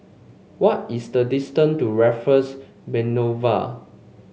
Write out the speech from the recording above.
what is the distance to Raffles Boulevard